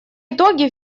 итоге